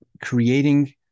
creating